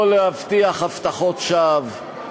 לא להבטיח הבטחות שווא,